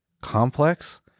Complex